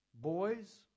Boys